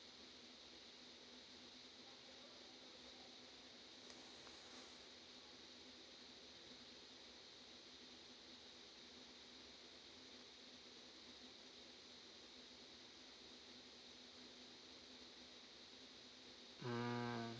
mm